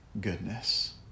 goodness